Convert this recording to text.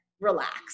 Relax